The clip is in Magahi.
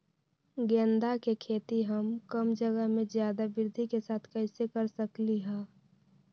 गेंदा के खेती हम कम जगह में ज्यादा वृद्धि के साथ कैसे कर सकली ह?